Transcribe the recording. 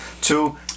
Two